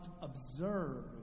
observe